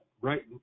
right